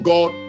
God